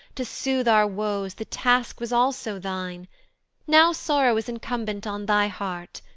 to sooth our woes the task was also thine now sorrow is incumbent on thy heart,